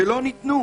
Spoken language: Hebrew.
שלא ניתנו.